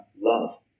love